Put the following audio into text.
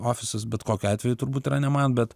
ofisus bet kokiu atveju turbūt yra ne man bet